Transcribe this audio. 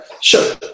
Sure